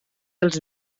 als